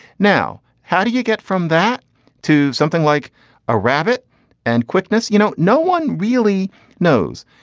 now how do you get from that to something like a rabbit and quickness. you know no one really knows.